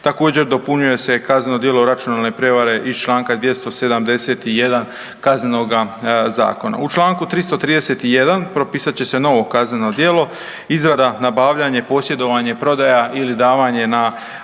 Također, dopunjuje se kazneno djelo računalne prijevare iz čl. 271 Kaznenoga zakona. U čl. 331 propisat će se novo kazneno djelo, izrada, nabavljanje, .../nerazumljivo/... prodaja ili davanje na uporabu